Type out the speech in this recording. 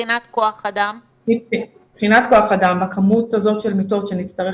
מבחינת כוח אדם על כמות כזאת של מיטות שנצטרך